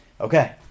Okay